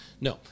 No